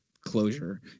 closure